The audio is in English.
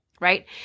right